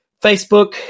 facebook